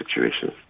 situations